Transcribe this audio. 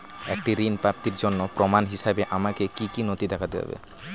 একটি ঋণ প্রাপ্তির জন্য প্রমাণ হিসাবে আমাকে কী কী নথি দেখাতে হবে?